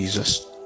Jesus